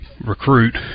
recruit